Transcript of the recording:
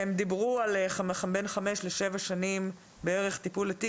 הם דיברו על בין חמש לשבע שנים לטיפול בתיק,